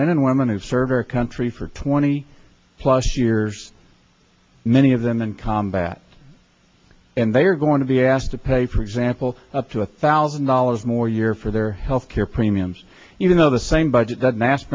men and women who serve our country for twenty plus years many of them in combat and they are going to be asked to pay for example up to a thousand dollars more a year for their health care premiums even though the same budget